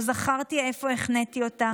לא זכרתי איפה החניתי אותה.